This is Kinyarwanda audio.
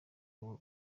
wowe